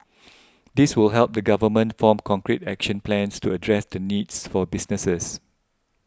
this will help the government form concrete action plans to address the needs for businesses